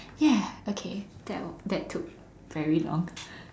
ya okay that that took very long